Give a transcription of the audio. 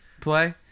play